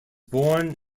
born